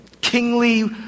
kingly